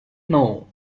know